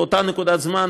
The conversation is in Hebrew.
באותה נקודת זמן,